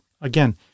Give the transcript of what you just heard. again